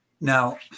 Now